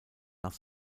nach